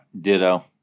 ditto